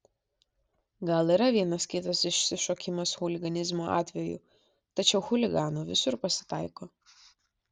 gal yra vienas kitas išsišokimas chuliganizmo atvejų tačiau chuliganų visur pasitaiko